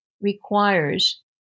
requires